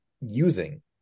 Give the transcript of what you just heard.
using